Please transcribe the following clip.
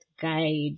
guide